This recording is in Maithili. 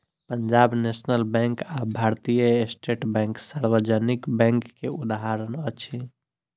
पंजाब नेशनल बैंक आ भारतीय स्टेट बैंक सार्वजनिक बैंक के उदाहरण अछि